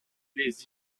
les